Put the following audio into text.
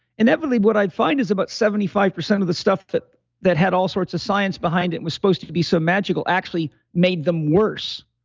inevitably, what i'd find is about seventy five percent of the stuff that that had all sorts of science behind, and it was supposed to be so magical, actually made them worse.